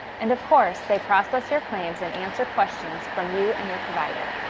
and of course, they process your claims and answer questions from you and your provider.